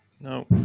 No